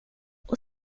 och